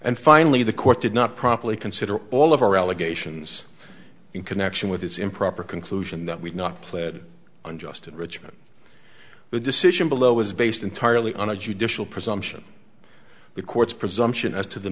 and finally the court did not properly consider all of our allegations in connection with its improper conclusion that we've not pled unjust enrichment the decision below is based entirely on a judicial presumption the court's presumption as t